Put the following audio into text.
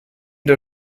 der